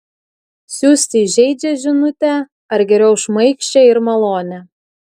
siųsti įžeidžią žinutę ar geriau šmaikščią ir malonią